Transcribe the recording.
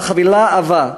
אבל חבילה עבה.